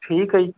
ਠੀਕ ਹੈ ਜੀ